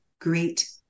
great